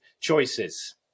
choices